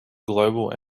global